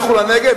לכו לנגב,